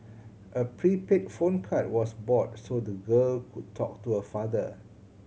a prepaid phone card was bought so the girl could talk to her father